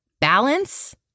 Balance